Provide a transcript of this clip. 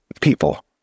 people